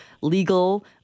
legal